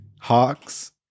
Hawks